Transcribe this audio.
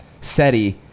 SETI